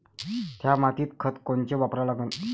थ्या मातीत खतं कोनचे वापरा लागन?